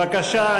בבקשה,